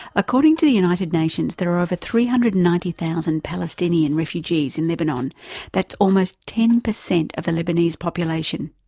according to the united nations there are over three hundred and ninety thousand palestinian refugees in lebanon that's almost ten percent of the lebanese population.